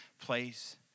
place